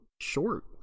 short